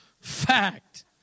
fact